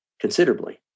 considerably